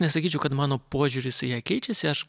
nesakyčiau kad mano požiūris į ją keičiasi aš